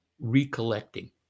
recollecting